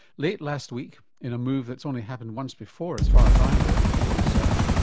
late last week, in a move that's only happened once before, as far as i know, in medical research,